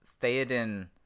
theoden